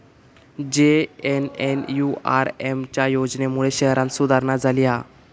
JNNURM च्या योजनेमुळे शहरांत सुधारणा झाली हा